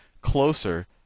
closer